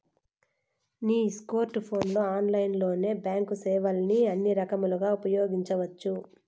నీ స్కోర్ట్ ఫోన్లలో ఆన్లైన్లోనే బాంక్ సేవల్ని అన్ని రకాలుగా ఉపయోగించవచ్చు